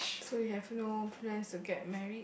so you have no plans to get married